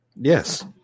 yes